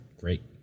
great